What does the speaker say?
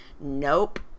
Nope